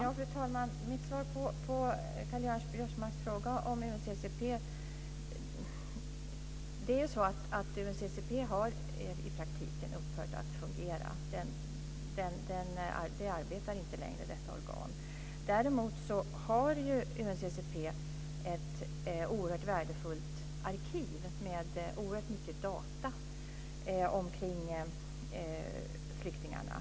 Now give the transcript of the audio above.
Fru talman! UNCCP har i praktiken upphört att fungera. Detta organ arbetar inte längre. Däremot har ju UNCCP ett oerhört värdefullt arkiv med oerhört mycket data kring flyktingarna.